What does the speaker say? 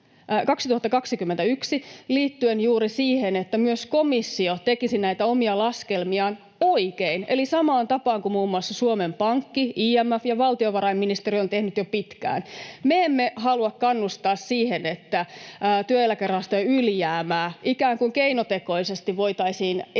liittyen juuri siihen, että myös komissio tekisi näitä omia laskelmiaan oikein, eli samaan tapaan kuin muun muassa Suomen Pankki, IMF ja valtiovarainministeriö ovat tehneet jo pitkään. Me emme halua kannustaa siihen, että voitaisiin ikään kuin keinotekoisesti esittää, että